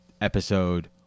episode